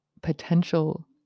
potential